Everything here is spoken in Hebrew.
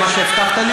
על מה שהבטחת לי?